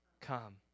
come